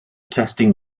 testing